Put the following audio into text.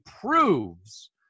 proves